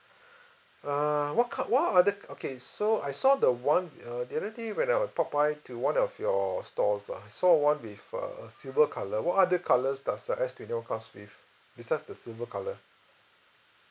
err what col~ what other c~ okay so I saw the one uh the other day when I pop by to one of your stores ah I saw one with a a silver colour other colours does the S twenty one comes with besides the silver colour